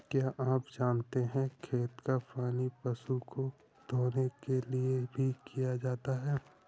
क्या आप जानते है खेत का पानी पशु को धोने के लिए भी किया जाता है?